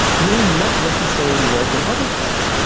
may not necessarily work in other parts.